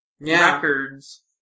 records